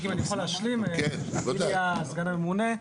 הסגן הממונה.